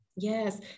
Yes